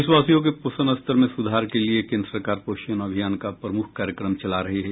देशवासियों के पोषण स्तर में सुधार के लिए केन्द्र सरकार पोषण अभियान का प्रमुख कार्यक्रम चला रही है